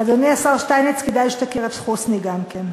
אדוני השר שטייניץ, כדאי שתכיר את חוסני גם כן.